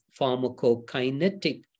pharmacokinetic